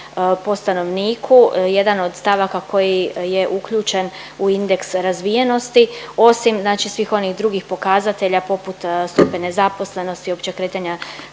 po stanovniku jedan od stavaka koji je uključen u indeks razvijenosti, osim znači svih onih drugih pokazatelja poput stupnja nezaposlenosti općeg kretanja